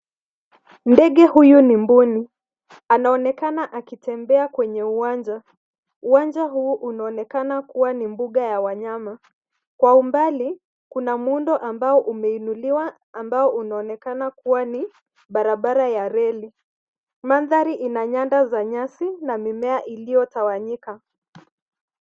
Ndege huyu ni mbuni, anaonekana akitembea kwenye uwanja. Uwanja huu unaonekana kuwa ni mbuga ya wanyama. Kwa umbali kuna muundo ambao umeinuliwa ambao unaonekana kuwa ni barabara ya reli. Mandhari ina nyanda za nyasi na mimea iliyotawanyika.